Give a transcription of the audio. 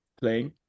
playing